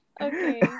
okay